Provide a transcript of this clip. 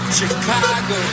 Chicago